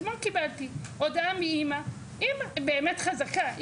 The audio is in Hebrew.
אתמול קיבלתי הודעה מאמא באמת חזקה,